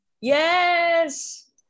Yes